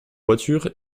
voiture